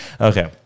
Okay